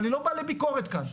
אני לא בא לביקורת כאן.